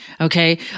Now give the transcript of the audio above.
okay